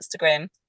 Instagram